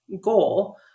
goal